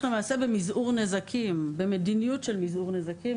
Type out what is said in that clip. במזעור נזקים ועל מדיניות של מזעור נזקים.